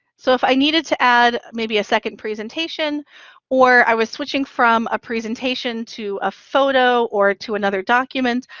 so if i needed to add maybe a second presentation or i was switching from a presentation to a photo or to another document,